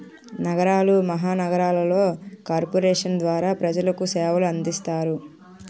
నగరాలు మహానగరాలలో కార్పొరేషన్ల ద్వారా ప్రజలకు సేవలు అందిస్తారు